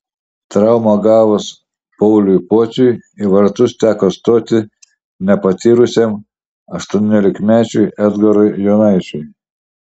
traumą gavus pauliui pociui į vartus teko stoti nepatyrusiam aštuoniolikmečiui edgarui jonaičiui